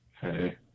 Hey